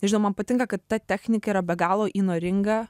nežinau man patinka kad ta technika yra be galo įnoringa